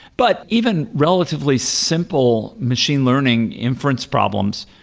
but even relatively simple machine learning inference problems,